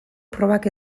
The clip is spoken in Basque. probak